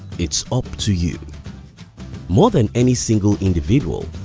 it's up to you more than any single individual,